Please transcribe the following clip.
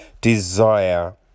desire